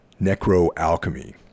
Necroalchemy